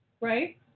Right